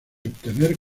obtener